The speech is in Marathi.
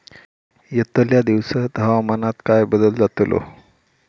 यतल्या दिवसात हवामानात काय बदल जातलो?